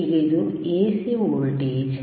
ಈಗ ಇದು ಯಾವ AC ವೋಲ್ಟೇಜ್